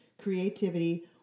creativity